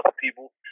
people